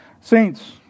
Saints